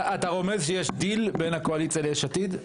אתה רומז שיש דיל בין הקואליציה ליש עתיד?